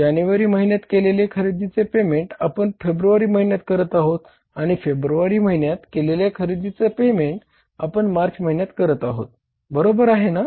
जानेवारी महिन्यात केलेल्या खरेदीचे पेमेंट आपण फेब्रुवारी महिन्यात करत आहोत आणि फेब्रुवारी महिन्यात केलेल्या खरेदीचे पेमेंट आपण मार्च महिन्यात करत आहोत बरोबर आहे ना